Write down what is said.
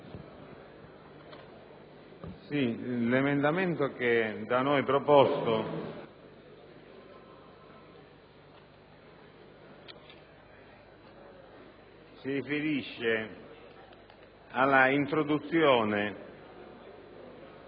l'emendamento 1.5, da noi proposto, si riferisce all'introduzione